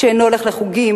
שאינו הולך לחוגים,